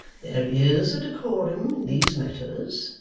there is a decorum in these matters.